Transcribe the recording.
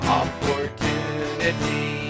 opportunity